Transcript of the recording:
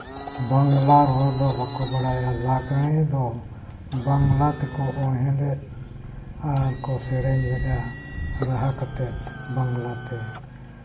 ᱵᱟᱝᱞᱟ ᱨᱚᱲ ᱫᱚ ᱵᱟᱠᱚ ᱵᱟᱲᱟᱭᱟ ᱞᱟᱜᱽᱬᱮ ᱫᱚ ᱵᱟᱝᱞᱟ ᱛᱮᱠᱚ ᱚᱬᱦᱮᱸᱞᱮᱫ ᱟᱨ ᱠᱚ ᱥᱮᱨᱮᱧ ᱞᱮᱫᱟ ᱨᱟᱦᱟ ᱠᱟᱛᱮᱫ ᱵᱟᱝᱞᱟᱛᱮ